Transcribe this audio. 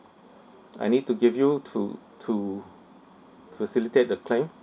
I need to give you to to facilitate the claim